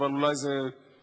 אבל אולי זה יפה.